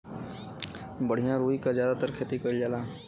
बढ़िया रुई क जादातर खेती कईल जाला